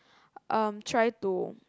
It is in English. um try to